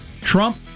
Trump